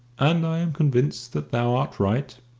and i am convinced that thou art right.